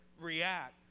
react